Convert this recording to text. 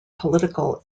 political